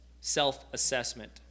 self-assessment